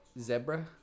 zebra